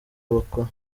bakora